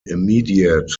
immediate